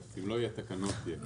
אם לא יהיו תקנות, יהיה כאוס.